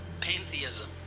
pantheism